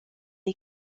est